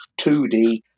2D